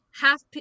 half